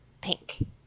pink